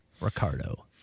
Ricardo